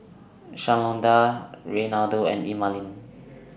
Shalonda Reynaldo and Emaline